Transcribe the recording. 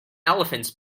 elephants